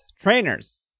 Trainers